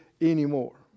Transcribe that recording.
anymore